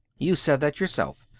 you said that yourself.